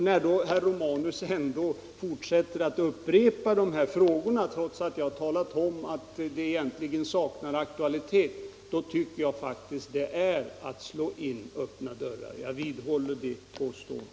När herr Romanus ändå fortsätter med att fråga om dessa saker, trots att jag har talat om att de egentligen saknar aktualitet, tycker jag faktiskt det är att slå in öppna dörrar. Jag vidhåller det påståendet.